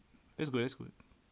that's good that's good